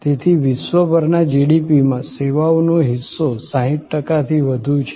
તેથી વિશ્વભરના જીડીપીમાં સેવાઓનો હિસ્સો 60 ટકાથી વધુ છે